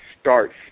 starts